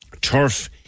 turf